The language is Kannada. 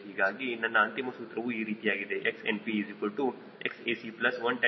ಹೀಗಾಗಿ ನನ್ನ ಅಂತಿಮ ಸೂತ್ರವು ಈ ರೀತಿಯಾಗಿದೆ XNPXac10